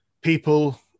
people